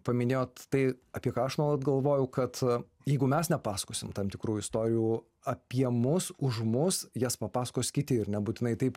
paminėjot tai apie ką aš nuolat galvojau kad jeigu mes nepasakosim tam tikrų istorijų apie mus už mus jas papasakos kiti ir nebūtinai taip